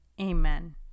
Amen